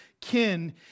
kin